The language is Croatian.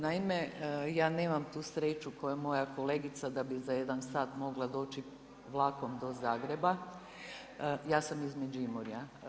Naime, ja nemam tu sreću kao moja kolegica da bi za jedan sat mogla doći vlakom do Zagreba, ja sam iz Međimurja.